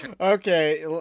Okay